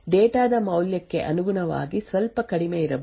data ದ ಮೌಲ್ಯಕ್ಕೆ ಅನುಗುಣವಾಗಿ ಸ್ವಲ್ಪ ಕಡಿಮೆ ಇರಬಹುದು